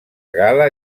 gala